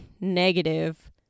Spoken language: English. negative